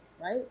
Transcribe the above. right